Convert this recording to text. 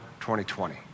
2020